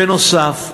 בנוסף,